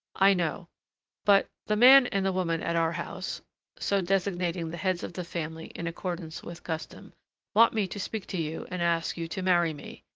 i know but the man and the woman at our house so designating the heads of the family in accordance with custom want me to speak to you and ask you to marry me.